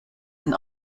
den